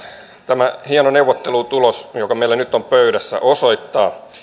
tämä hieno neuvottelutulos joka meillä nyt on pöydässä osoittaa